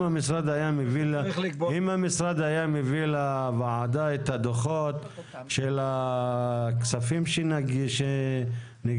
אם המשרד היה מביא לוועדה את הדוחות של הכספים שנגבו,